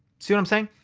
see what i'm saying?